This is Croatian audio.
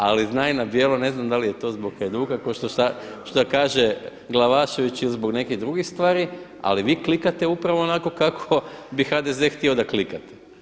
Ali zna i na bijelo, ne znam je li to zbog Hajduka kao što kaže Glavašević ili zbog nekih drugih stvari, ali vi klikate upravo onako kako bi HDZ-e htio da klikate.